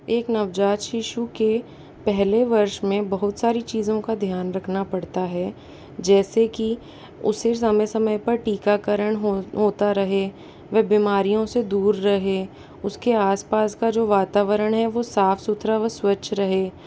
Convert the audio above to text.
एक नवजात शिशु के पहले वर्ष मे बहुत सारी चीज़ों का ध्यान रखना पड़ता है जैसे कि उसे समय समय पर टीकाकरण होता रहे वह बीमारियों से दूर रहे उसके आस पास का जो वातावरण है वह साफ सुथरा व स्वच्छ रहे